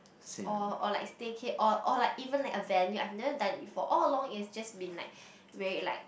or or like staycay or or like even like a venue I've none that before all along it's just been like very like